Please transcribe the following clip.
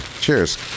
cheers